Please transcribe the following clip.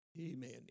amen